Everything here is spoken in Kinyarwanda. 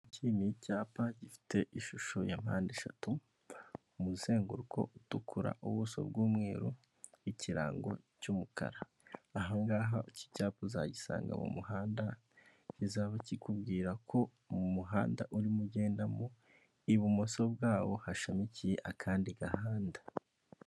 Iki ni icyapa gifite ishusho ya mpandeshatu, umuzenguruko utukura, ubuso bw'umweru, ikirango cy'umukara. Ahangaha iki cyacyambu uzagisanga mu muhanda kizaba kikubwira ko mu muhanda urimo ugenda mu ibumoso bwawo hashamikiye akandi gahanda.